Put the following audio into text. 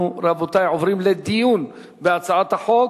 רבותי, אנחנו עוברים לדיון בהצעת החוק.